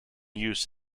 use